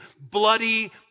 bloody